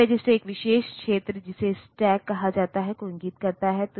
यह रजिस्टर एक विशेष क्षेत्र जिसे स्टैक कहा जाता है को इंगित करता है